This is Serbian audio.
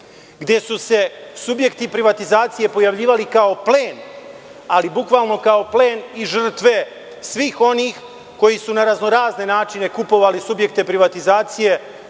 gde su se subjekti privatizacije pojavljivali kao plen, bukvalno kao plen i žrtve svih onih koji su na raznorazne načine kupovali subjekte privatizacije,